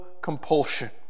compulsion